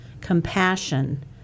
compassion